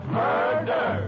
murder